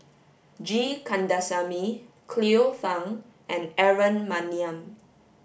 G Kandasamy Cleo Thang and Aaron Maniam